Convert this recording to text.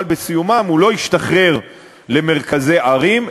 אבל בסיומם הוא לא ישוחרר למרכזי ערים,